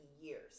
years